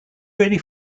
really